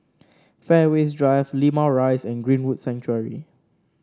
Fairways Drive Limau Rise and Greenwood Sanctuary